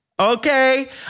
Okay